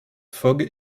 fogg